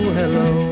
hello